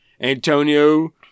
Antonio